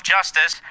Justice